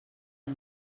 amb